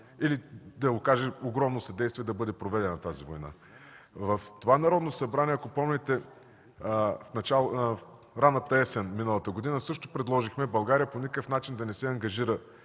или да го кажа – огромно съдействие да бъде проведена тази война. В това Народно събрание, ако помните ранната есен на миналата година, също предложихме България по никакъв начин да не се ангажира